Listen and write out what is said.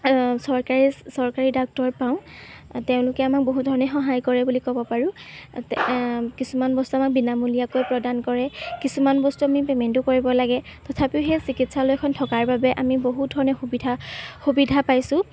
চৰকাৰী চৰকাৰী ডাক্টৰ পাওঁ তেওঁলোকে আমাক বহুতধৰণে সহায় কৰে বুলি ক'ব পাৰোঁ কিছুমান বস্তু আমাক বিনামূলীয়াকৈ প্ৰদান কৰে কিছুমান বস্তু আমি পেমেণ্টো কৰিব লাগে তথাপিও সেই চিকিৎসালয়খন থকাৰ বাবে আমি বহুত ধৰণে সুবিধা সুবিধা পাইছোঁ